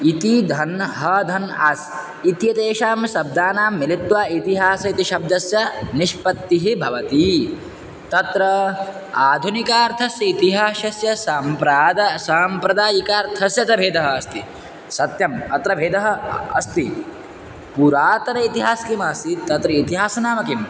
इति धन् ह धन् आस् इत्यतेषां शब्दानां मिलित्वा इतिहासः इति शब्दस्य निष्पत्तिः भवति तत्र आधुनिकार्थस्य इतिहासस्य संप्राद साम्प्रदायिकार्थस्य च भेदः अस्ति सत्यम् अत्र भेदः अस्ति पुरातनः इतिहासः किम् आसीत् तत्र इतिहासः नाम किम्